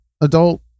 Adult